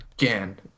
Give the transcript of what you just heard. again